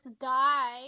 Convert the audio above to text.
Die